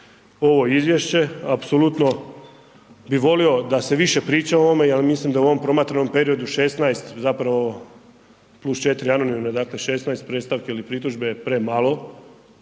ovo izvješće, apsolutno bi volio da se više priča o ovome jer mislim da u ovom promatranom periodu 16 zapravo plus 4 anonimne, dakle 16 predstavki ili pritužbe je premalo,